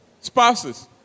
spouses